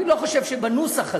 אני לא חושב שבנוסח הזה,